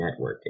networking